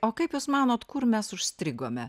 o kaip jūs manot kur mes užstrigome